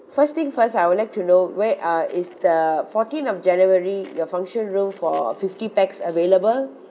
first thing first I would like to know where uh is the fourteen of january your function room for fifty pax available